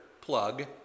plug